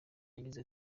yagize